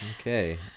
Okay